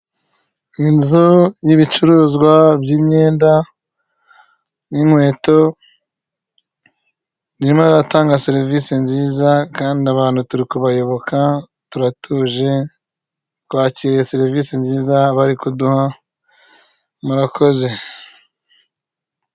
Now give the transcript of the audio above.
Inzu y'ibicuruzwa by'imyenda n'inkweto arimo aratanga serivise nziza kandi abantu turi kubayoboka turatuje, twakiriye serivise nziza bari kuduha murakoze.